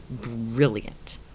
brilliant